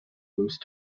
loose